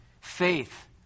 faith